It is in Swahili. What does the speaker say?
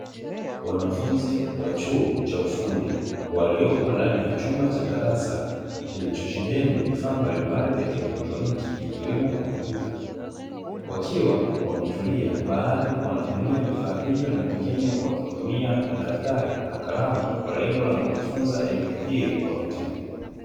Wanafunzi wa chuo cha ufundi waliopo ndani ya chumba cha darasa ilichosheheni vifaa mbalimbali vya elektroniki ikiwemo kompyuta, wakiwa wametulia baadhi wanatumia vifaa hivyo na wengine wakitumia madaftari na kalamu kwa lengo la kujifunza elimu hiyo kwa vitendo.